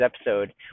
episode